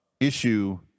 issue